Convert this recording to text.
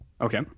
Okay